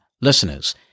listeners